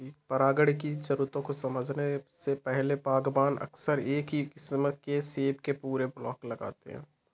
परागण की जरूरतों को समझने से पहले, बागवान अक्सर एक ही किस्म के सेब के पूरे ब्लॉक लगाते थे